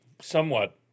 somewhat